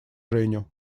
женю